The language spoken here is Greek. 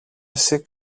εσύ